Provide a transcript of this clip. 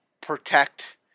protect